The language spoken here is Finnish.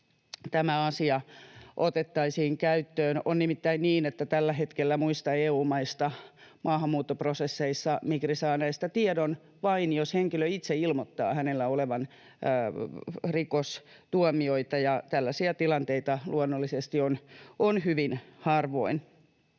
tämä asia otettaisiin käyttöön. On nimittäin niin, että tällä hetkellä muista EU-maista maahanmuuttoprosesseissa Migri saa näistä tiedon vain, jos henkilö itse ilmoittaa hänellä olevan rikostuomioita, ja tällaisia tilanteita luonnollisesti on hyvin harvoin.